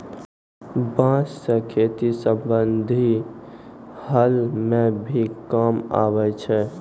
बांस सें खेती संबंधी हल म भी काम आवै छै